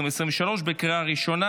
לקריאה ראשונה.